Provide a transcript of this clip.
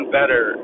better